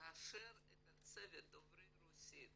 כאשר את הצוות דוברי הרוסית